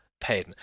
pen